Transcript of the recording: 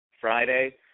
Friday